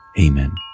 Amen